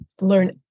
learn